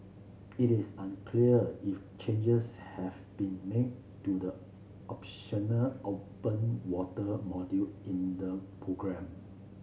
it is unclear if changes have been made to the optional open water module in the programme